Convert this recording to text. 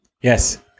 Yes